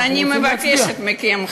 אז אני מבקשת מכם,